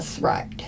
right